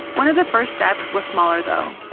one of the first steps was smaller, though.